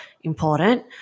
important